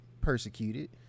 persecuted